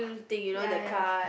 ya ya